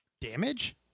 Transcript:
Damage